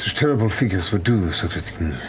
terrible figures would do such a thing.